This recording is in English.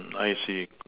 I see